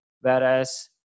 Whereas